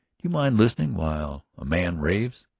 you mind listening while a man raves?